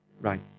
Right